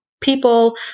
people